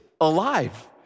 alive